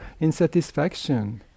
insatisfaction